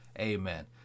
Amen